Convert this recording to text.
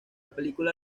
película